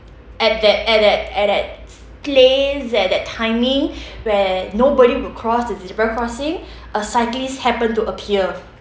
at that at that at that place at that timing where nobody would cross the zebra crossing a cyclist happened to appear